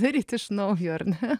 daryt iš naujo ar ne